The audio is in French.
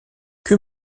que